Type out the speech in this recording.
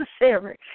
necessary